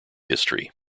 history